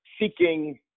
seeking